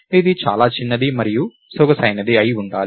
ఇది చాలా చిన్నది మరియు సొగసైనది అయి ఉండాలి